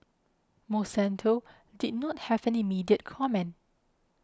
Monsanto did not have an immediate comment